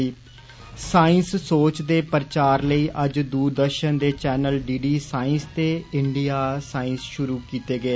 सइंसी सोच दे प्रसार लेई अज्ज दूरदर्षन दे चैनल डी डी साईंस ते इंडिया साईंस षुरु कीते गे